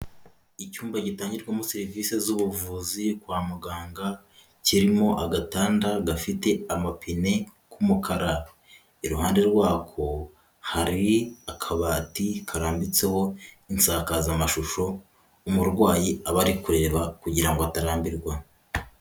Icyumba gitangirwamo serivisi z'ubuvuzi kwa muganga kirimo agatanda gafite amapine k'umukara, iruhande rwako hari akabati karambitseho insakazamashusho umurwayi aba ari kureba kugira ngo atarambirwa.